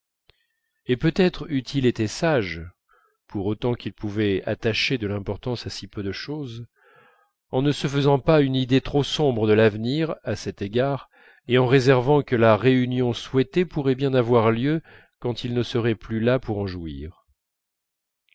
et peut-être eût-il été sage pour autant qu'il pouvait attacher de l'importance à si peu de chose en ne se faisant pas une idée trop sombre de l'avenir à cet égard et en réservant que la réunion souhaitée pourrait bien avoir lieu quand il ne serait plus là pour en jouir